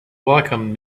welcomed